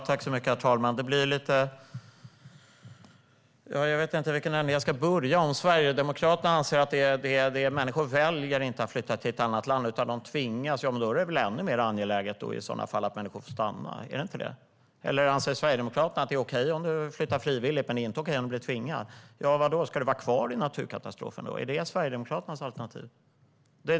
Herr talman! Jag vet inte i vilken ände jag ska börja. Om Sverigedemokraterna anser att människor inte väljer att flytta till ett annat land utan att de tvingas, då är det i sådana fall ännu mer angeläget att människor får stanna. Är det inte det? Eller anser Sverigedemokraterna att det är okej om du flyttar frivilligt men inte okej om du blir tvingad? Ska du vara kvar i naturkatastrofen då? Är det Sverigedemokraternas alternativ?